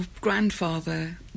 grandfather